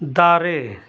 ᱫᱟᱨᱮ